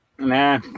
Nah